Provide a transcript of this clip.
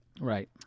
right